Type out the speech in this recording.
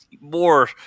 more